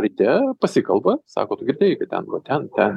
ryte pasikalba sako tu girdėjai kad ten va ten ten